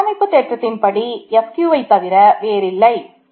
இது கட்டமைப்பு தேற்றத்தின் படி Fq வை தவிர வேறில்லை